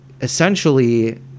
essentially